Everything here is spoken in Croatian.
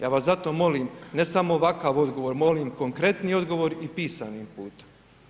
Ja vas zato molim ne samo ovakav odgovor, molim konkretniji odgovor i pisanim putem.